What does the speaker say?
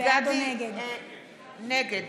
נגד